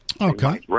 Okay